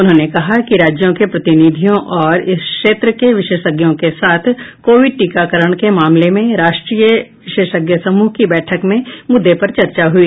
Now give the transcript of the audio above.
उन्होंने कहा कि राज्यों के प्रतिनिधियों और इस क्षेत्र के विशेषज्ञों के साथ कोविड टीकाकरण के बारे में राष्ट्रीय विशेषज्ञ समूह की बैठक में मुद्दे पर चर्चा हुई